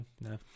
no